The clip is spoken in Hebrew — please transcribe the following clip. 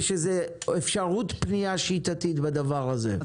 יש איזו אפשרות פנייה שיטתית בדבר הזה?